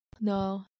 no